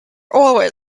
always